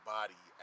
body